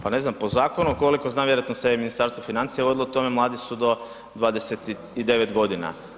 Pa ne znam, po zakonu koliko znam vjerojatno se je i Ministarstvo financija vodilo o tome mladi su do 29 godina.